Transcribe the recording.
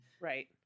right